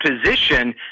position